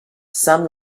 some